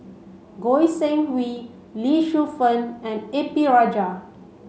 Goi Seng Hui Lee Shu Fen and A P Rajah